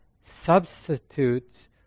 substitutes